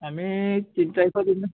আমি তিনি তাৰিখৰ দিনা